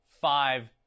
five